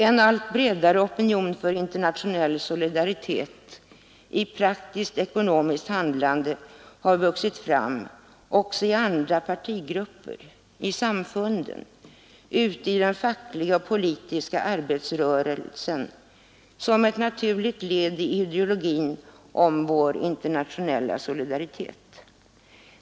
En allt bredare opinion för internationell solidaritet i praktiskt-ekonomiskt handlande har vuxit fram också i andra partigrupper, i samfunden, ute i den fackliga och politiska arbetarrörelsen som ett naturligt led i ideologin om vår internationella solidaritet.